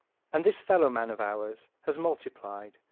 and this fellowman of ours has multiplied,